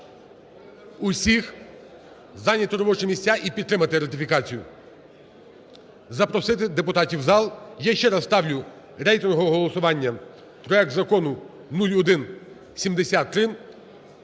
усіх зайняти робочі місця і підтримати ратифікацію, запросити депутатів в зал. Я ще раз ставлю рейтингове голосування, проект закону 0173